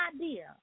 idea